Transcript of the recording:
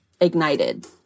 ignited